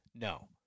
No